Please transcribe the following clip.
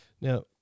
Now